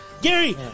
Gary